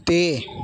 ਅਤੇ